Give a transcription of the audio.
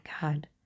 God